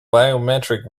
biometric